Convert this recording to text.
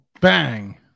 Bang